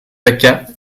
jacquat